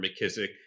McKissick